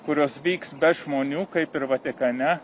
kurios vyks be žmonių kaip ir vatikane